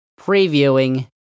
previewing